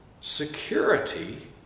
security